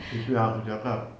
itu lah yang aku cakap